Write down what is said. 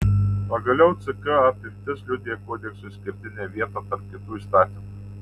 pagaliau ck apimtis liudija kodekso išskirtinę vietą tarp kitų įstatymų